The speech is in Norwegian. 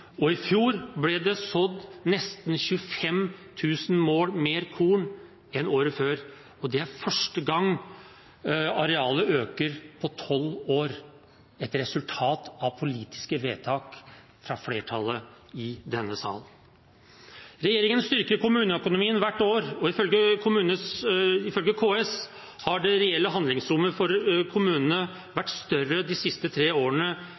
og i fjor ble det sådd nesten 25 000 mål mer korn enn året før. Det er første gang på tolv år at arealet øker – et resultat av politiske vedtak av flertallet i denne salen. Regjeringen styrker kommuneøkonomien hvert år. Ifølge KS har det reelle handlingsrommet for kommunene vært større de siste tre årene